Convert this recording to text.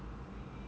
Z